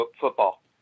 football